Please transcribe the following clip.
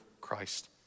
Christ